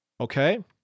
Okay